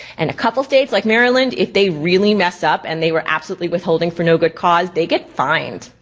and a couple states, like maryland, if they really mess up and they were absolutely withholding for no good cause, they get fined.